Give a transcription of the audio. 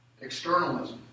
Externalism